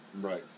right